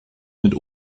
mit